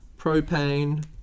propane